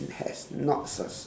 has not success